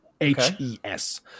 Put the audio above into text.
H-E-S